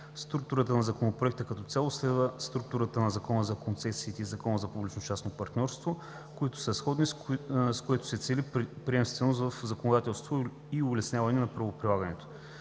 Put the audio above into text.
Структурата на Законопроекта като цяло следва структурата на Закона за концесиите и на Закона за публично-частното партньорство, които са сходни, с което се цели приемственост в законодателството и улесняване на правоприлагането.